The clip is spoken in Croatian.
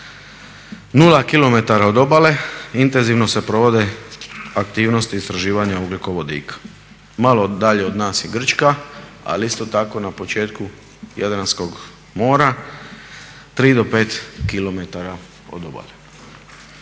0 km od obale, intenzivno se provode aktivnosti istraživanja ugljikovodika. Malo dalje od nas je Grčka, ali isto tako na početku Jadranskog mora 3 do 5 km od obale.